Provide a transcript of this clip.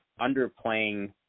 underplaying